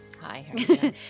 hi